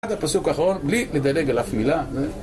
עד הפסוק האחרון בלי לדלג על אף מילה